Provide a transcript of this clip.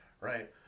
right